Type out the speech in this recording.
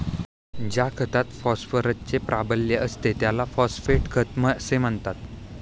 ज्या खतात फॉस्फरसचे प्राबल्य असते त्याला फॉस्फेट खत असे म्हणतात